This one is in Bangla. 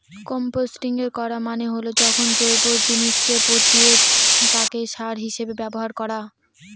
কম্পস্টিং করা মানে হল যখন জৈব জিনিসকে পচিয়ে তাকে সার হিসেবে ব্যবহার করা